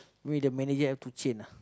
maybe the manager have to change ah